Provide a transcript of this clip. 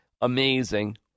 Amazing